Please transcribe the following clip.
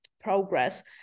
progress